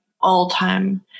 all-time